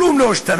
כלום לא השתנה.